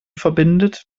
verbindet